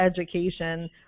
education